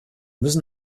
müssen